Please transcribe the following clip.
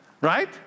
Right